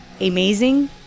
amazing